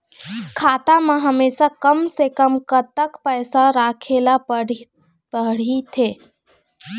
खाता मा हमेशा कम से कम कतक पैसा राखेला पड़ही थे?